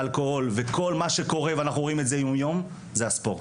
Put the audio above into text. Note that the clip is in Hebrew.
האלכוהול וכל מה שקורה ואנחנו רואים את זה יום-יום זה הספורט.